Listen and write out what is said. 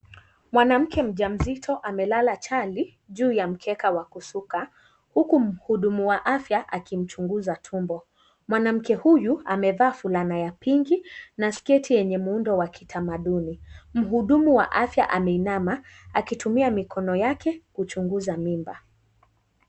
Mwanamke mjamzito amelala chali juu ya mkeka wa kusuka huku mhudumu ya afya akimchunguza tumbo. Mwanamke huyu amevaa fulana ya pinki na sketi yenye muundo wa kitamaduni. Mhudumu wa afya ameinama akitumia mikono yake kuchunguza mimba.